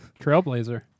trailblazer